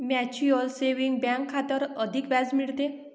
mutual saving bank खात्यावर अधिक व्याज मिळते